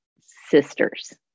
sisters